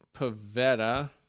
Pavetta